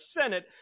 Senate